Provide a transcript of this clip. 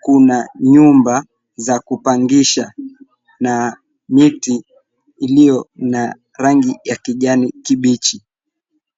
kuna nyumba za kupangisha na miti iliyo na rangi ya kijani kibichi.